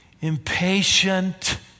impatient